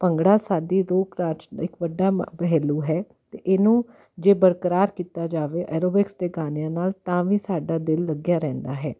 ਭੰਗੜਾ ਸਾਦੀ ਲੋਕ ਨਾਚ ਇੱਕ ਵੱਡਾ ਪਹਿਲੂ ਹੈ ਅਤੇ ਇਹਨੂੰ ਜੇ ਬਰਕਰਾਰ ਕੀਤਾ ਜਾਵੇ ਐਰੋਬਿਕਸ ਦੇ ਗਾਨਿਆਂ ਨਾਲ ਤਾਂ ਵੀ ਸਾਡਾ ਦਿਲ ਲੱਗਿਆ ਰਹਿੰਦਾ ਹੈ